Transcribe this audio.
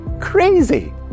crazy